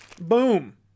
Boom